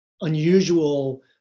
unusual